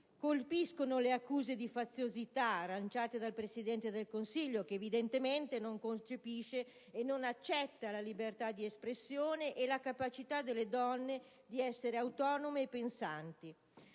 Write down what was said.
Colpiscono le accuse di faziosità lanciate dal Presidente del Consiglio, che evidentemente non concepisce e non accetta la libertà di espressione e la capacità delle donne di essere autonome e pensanti.